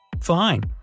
Fine